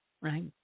right